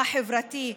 החברתי,